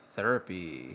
Therapy